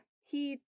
He-